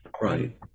right